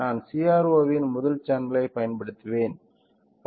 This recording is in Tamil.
நான் CRO இன் முதல் சேனலைப் பயன்படுத்துவேன்